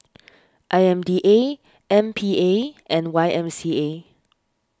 I M D A M P A and Y M C A